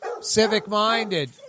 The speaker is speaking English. Civic-minded